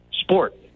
sport